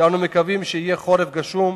שאנו מקווים שיהיה חורף גשום,